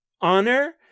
honor